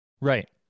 Right